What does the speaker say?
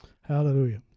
Hallelujah